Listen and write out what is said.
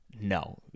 no